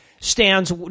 stands